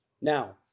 Now